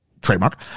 trademark